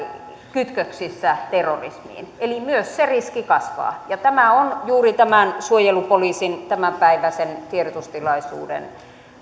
kytköksissä terrorismiin eli myös se riski kasvaa ja tämä on juuri suojelupoliisin tämänpäiväisen tiedotustilaisuuden